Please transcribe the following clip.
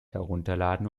herunterladen